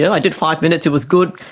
yeah i did five minutes, it was good,